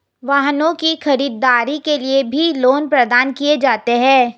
वाहनों की खरीददारी के लिये भी लोन प्रदान किये जाते हैं